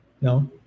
No